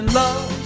love